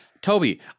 Toby